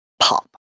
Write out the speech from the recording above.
pop